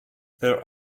there